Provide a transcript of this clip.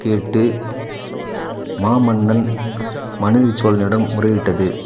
கேட்டு மாமன்னன் மனுநீதிச் சோழனிடம் முறையிட்டது